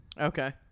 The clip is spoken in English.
Okay